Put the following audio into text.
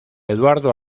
eduardo